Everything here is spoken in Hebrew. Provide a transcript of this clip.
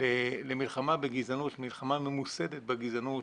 למלחמה בגזענות, מלחמה ממוסדת בגזענות,